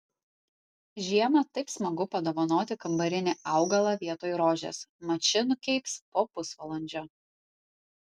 žiemą taip smagu padovanoti kambarinį augalą vietoj rožės mat ši nukeips po pusvalandžio